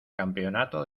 campeonato